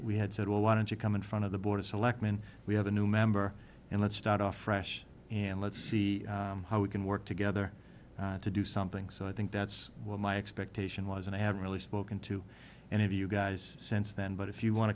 we had said well why don't you come in front of the board of selectmen we have a new member and let's start off fresh and let's see how we can work together to do something so i think that's what my expectation was and i haven't really spoken to any of you guys since then but if you want